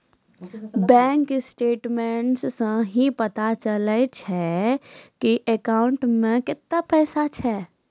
bank statements सं ही पता चलै छै की अकाउंटो मे कतै पैसा छै